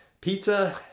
pizza